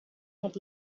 had